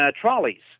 trolleys